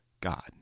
God